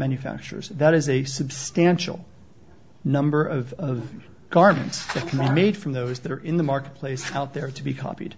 manufacturers that is a substantial number of garments made from those that are in the marketplace out there to be copied